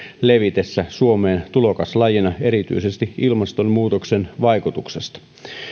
levitessä suomeen tulokaslajina erityisesti ilmastonmuutoksen vaikutuksesta